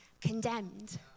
condemned